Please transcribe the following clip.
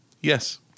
yes